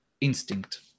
instinct